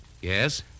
Yes